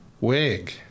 Wig